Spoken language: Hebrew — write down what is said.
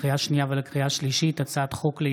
לקריאה שנייה ולקריאה שלישית,